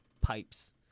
pipes